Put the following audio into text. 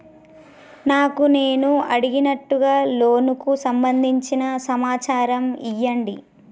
నాకు నేను అడిగినట్టుగా లోనుకు సంబందించిన సమాచారం ఇయ్యండి?